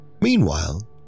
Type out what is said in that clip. Meanwhile